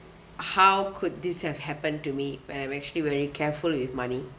how could this have happened to me when I'm actually very careful with money